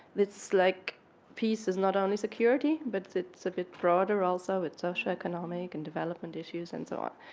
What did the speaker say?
it's like peace is not only security, but it's a bit broader, also, with social economic and development issues and so on.